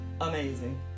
amazing